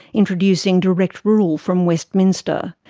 introducing direct rule from westminster.